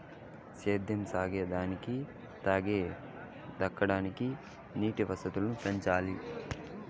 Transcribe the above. సేద్యం సాగే దానికి తాగే దానిక్కూడా నీటి వసతులు పెంచాల్ల